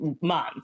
month